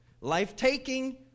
Life-taking